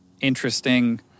interesting